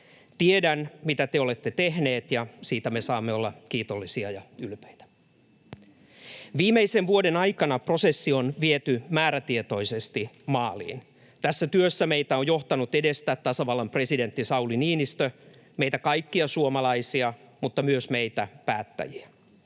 Tiedän, mitä te olette tehneet, ja siitä me saamme olla kiitollisia ja ylpeitä. Viimeisen vuoden aikana prosessi on viety määrätietoisesti maaliin. Tässä työssä meitä on johtanut edestä tasavallan presidentti Sauli Niinistö — meitä kaikkia suomalaisia mutta myös meitä päättäjiä.